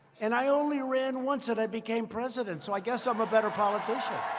and i only ran once, and i became president, so i guess i'm a better politician.